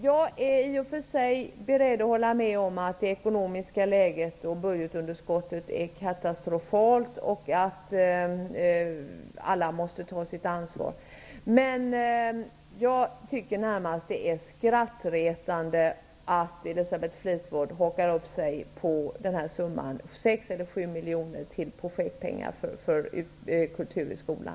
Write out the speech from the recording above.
Jag är i och för sig beredd att hålla med om att budgetunderskottet är katastrofalt och att alla måste ta sitt ansvar, men jag tycker att det närmast är skrattretande att Elisabeth Fleetwood hakar upp sig på 6 eller 7 miljoner till projektpengar för kultur i skolan.